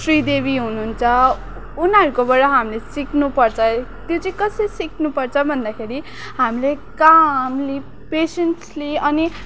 श्रीदेवी हुनुहुन्छ उनीहरूकोबाट हामीले सिक्नुपर्छ त्यो चाहिँ कसरी सिक्नुपर्छ भन्दाखेरि हामीले कामले पेसेन्सले अनि